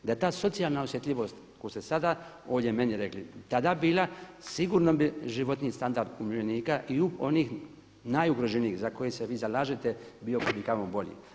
Da je ta socijalna osjetljivost koju ste sada ovdje meni rekli, tada bila, sigurno bi životni standard umirovljenika i onih najugroženijih za koje se vi zalažete bio kud i kamo bolji.